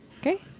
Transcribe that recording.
Okay